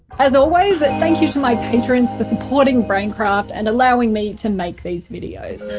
as always that thank you to my patrons for supporting braincraft and allowing me to make these videos.